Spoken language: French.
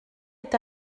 est